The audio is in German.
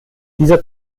dieser